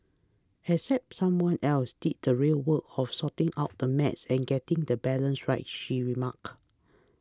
except someone else did the real work of sorting out the math and getting the balance right she remarked